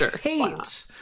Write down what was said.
hate